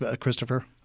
christopher